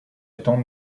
étant